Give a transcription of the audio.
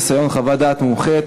חסיון חוות דעת מומחה),